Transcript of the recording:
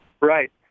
Right